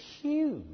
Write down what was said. huge